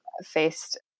faced